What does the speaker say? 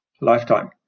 lifetime